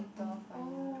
door for you